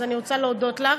אז אני רוצה להודות לך.